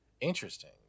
Interesting